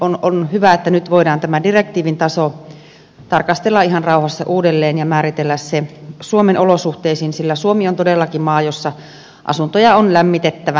on hyvä että nyt voidaan tämä direktiivin taso tarkastella ihan rauhassa uudelleen ja määritellä se suomen olosuhteisiin sillä suomi on todellakin maa jossa asuntoja on lämmitettävä